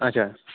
اَچھا